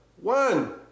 one